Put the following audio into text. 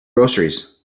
groceries